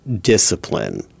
discipline